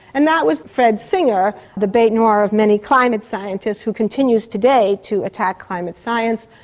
and that was fred singer, the bete noire of many climate scientists, who continues today to attack climate science.